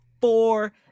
four